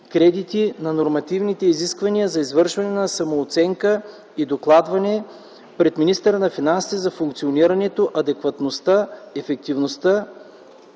кредити на нормативните изисквания за извършване на самооценка и докладване пред министъра на финансите за функционирането, адекватността, ефективността